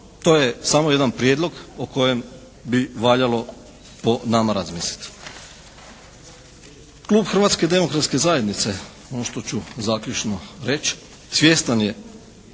to je samo jedan prijedlog o kojem bi valjalo po nama razmisliti. Klub Hrvatske demokratske zajednice, ono što ću zaključno reći, svjestan je